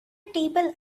table